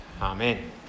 Amen